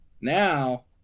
Now